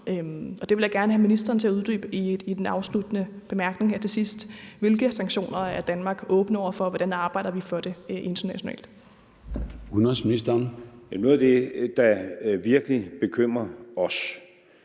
det vil jeg gerne have ministeren til at uddybe i den afsluttende bemærkning her til sidst. Hvilke sanktioner er Danmark åben over for, og hvordan arbejder vi for det internationalt?